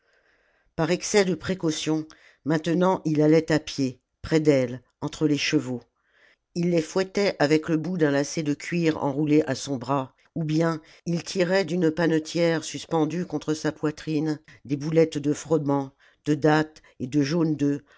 par excès de précaution maintenant il allait à pied près d'elle entre les chevaux il les fouettait avec le bout d'un lacet de cuir enroulé à son bras ou bien il tirait d'une panetière suspendue contre sa poitrine des boulettes de froment de dattes et de jaunes d'œufs